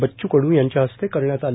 बच्चू कडू यांच्या हस्ते करण्यात आले